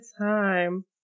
time